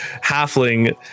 halfling